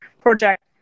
project